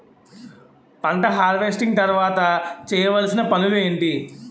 పంట హార్వెస్టింగ్ తర్వాత చేయవలసిన పనులు ఏంటి?